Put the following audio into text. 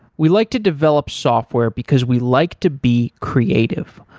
we like to develop software because we like to be creative.